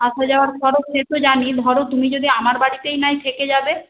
আসা যাওয়ার খরচ সে তো জানি ধরো তুমি যদি আমার বাড়িতেই নয় থেকে যাবে